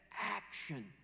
action